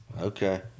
Okay